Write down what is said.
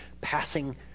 passing